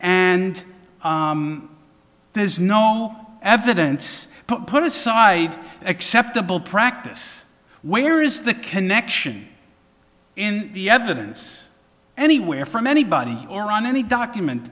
and there's no evidence put aside acceptable practice where is the connection in the evidence anywhere from anybody or on any document